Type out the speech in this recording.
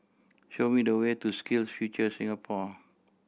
show me the way to SkillsFuture Singapore